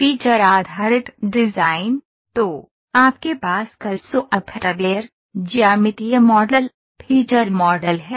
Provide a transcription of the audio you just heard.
feature आधारित design तो आपके पास कैड़ सॉफ्टवेयर ज्यामितीय मॉडल फीचर मॉडल है